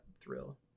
thrill